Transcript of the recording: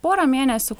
porą mėnesių